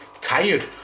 tired